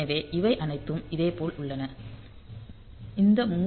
எனவே இவை அனைத்தும் இதேபோல் உள்ளன இந்த 3